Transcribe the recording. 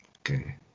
okay